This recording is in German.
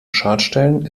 schadstellen